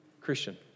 Christian